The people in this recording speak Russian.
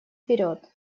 вперед